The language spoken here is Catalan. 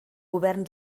govern